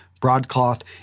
Broadcloth